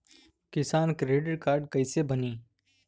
किसान credit card कइसे बानी?